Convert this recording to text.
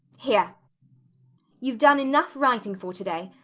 here you've done enough writing for to-day.